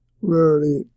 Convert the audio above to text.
rarity